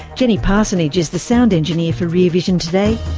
jenny parsonage is the sound engineer for rear vision today.